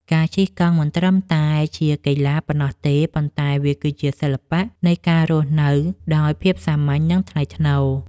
ការជិះកង់មិនត្រឹមតែជាកីឡាប៉ុណ្ណោះទេ ប៉ុន្តែវាគឺជាសិល្បៈនៃការរស់នៅដោយភាពសាមញ្ញ និងថ្លៃថ្នូរ។